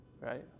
right